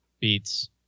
beats